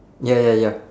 ya ya ya